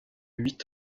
huit